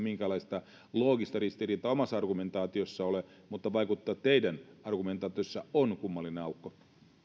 ole minkäänlaista loogista ristiriitaa omassa argumentaatiossa mutta vaikuttaa että teidän argumentaatiossanne on kummallinen aukko